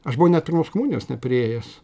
aš buvau net pirmos komunijos nepriėjęs